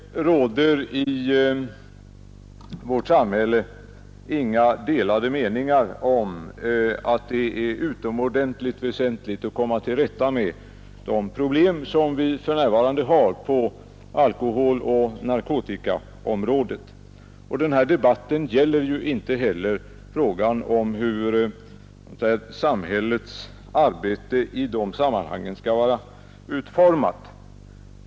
Herr talman! Det råder i vårt samhälle inga delade meningar om att det är utomordentligt väsentligt att komma till rätta med de problem som vi för närvarande har på alkoholoch narkotikaområdet. Den här debatten gäller inte heller hur samhällets arbete i de sammanhangen skall vara utformat.